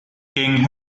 king